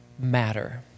matter